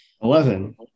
Eleven